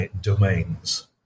domains